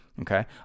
Okay